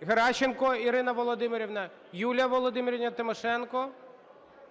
Геращенко Ірина Володимирівна, Юлія Володимирівна Тимошенко,